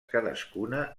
cadascuna